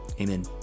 Amen